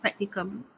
practicum